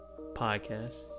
Podcast